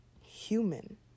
human